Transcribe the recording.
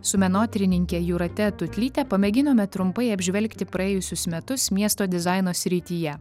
su menotyrininke jūrate tutlyte pamėginome trumpai apžvelgti praėjusius metus miesto dizaino srityje